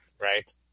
Right